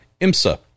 IMSA